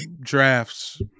drafts